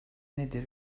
nedir